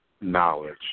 knowledge